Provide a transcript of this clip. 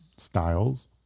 styles